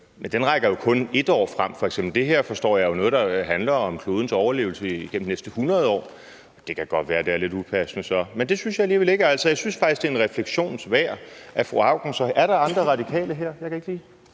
den rækker jo f.eks. kun 1 år frem. Det her, forstår jeg, er jo noget, der handler om klodens overlevelse igennem de næste 100 år. Det kan godt være, det så er lidt upassende, men det synes jeg alligevel ikke det er. Jeg synes faktisk, det er en refleksion værd, at fru Ida Auken skal stå og kæmpe den